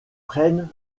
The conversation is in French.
prennent